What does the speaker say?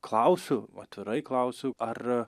klausiu atvirai klausiu ar